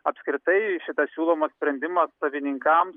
apskritai šitas siūlomas sprendimas savininkams